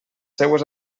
seues